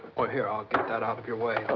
here. i'll get that out of your way. oh,